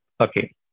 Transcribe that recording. okay